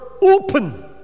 open